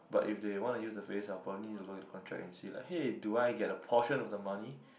but if they want to use the face I'll probably need to look at the contract and see like hey do I get a portion of the money